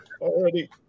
Already